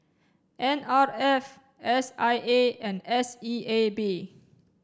N R F S I A and S E A B